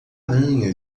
aranha